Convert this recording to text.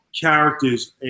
characters